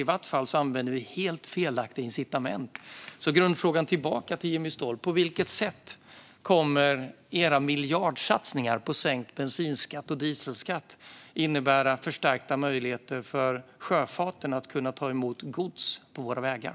I vart fall har ni helt felaktiga incitament för det. Grundfrågan tillbaka till Jimmy Ståhl blir därför: På vilket sätt kommer era miljardsatsningar på sänkt bensin och dieselskatt att innebära förstärkta möjligheter för sjöfarten att ta emot gods från våra vägar?